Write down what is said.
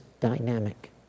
dynamic